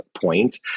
point